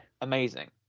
amazing